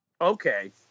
okay